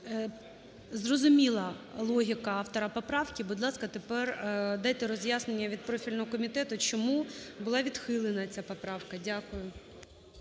Зрозуміла логіка автора поправки. Будь ласка, тепер дайте роз'яснення від профільного комітету, чому була відхилена ця поправка. Дякую.